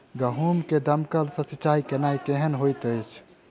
गेंहूँ मे दमकल सँ सिंचाई केनाइ केहन होइत अछि?